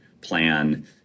plan